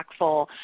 impactful